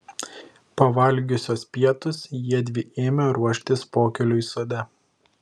pavalgiusios pietus jiedvi ėmė ruoštis pokyliui sode